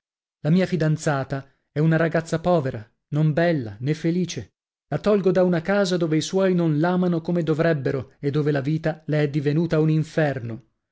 la mia fidanzata è una ragazza povera non bella nè felice la tolgo da una casa dove i suoi non l'amano come dovrebbero e dove la vita le è divenuta un inferno